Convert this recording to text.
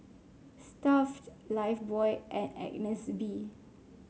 Stuff'd Lifebuoy and Agnes B